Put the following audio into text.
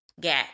got